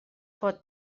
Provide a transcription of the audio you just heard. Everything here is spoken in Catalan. pot